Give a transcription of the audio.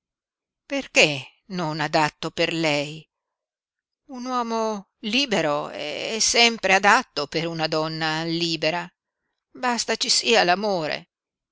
perché non adatto per lei un uomo libero è sempre adatto per una donna libera basta ci sia